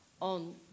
on